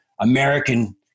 American